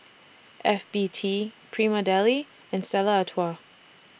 F B T Prima Deli and Stella Artois